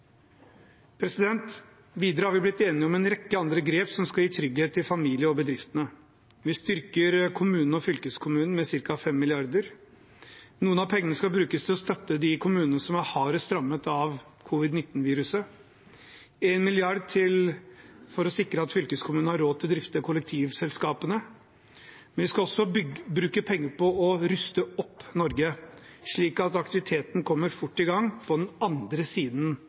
måneden. Videre har vi blitt enige om en rekke andre grep som skal gi trygghet til familier og bedrifter. Vi styrker kommunene og fylkeskommunene med ca. 5 mrd. kr. Noe av pengene skal brukes til å støtte de kommunene som er hardest rammet av covid-19-viruset. 1 mrd. kr skal sikre at fylkeskommunene har råd til å drifte kollektivselskapene. Vi skal også bruke penger på å ruste opp Norge, slik at aktiviteten kommer fort i gang på den andre siden